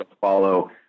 follow